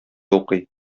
укый